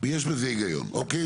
ויש בזה הגיון, אוקיי?